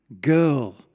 girl